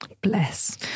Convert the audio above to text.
Bless